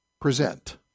present